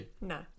No